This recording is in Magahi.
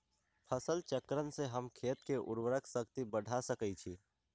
फसल चक्रण से हम खेत के उर्वरक शक्ति बढ़ा सकैछि?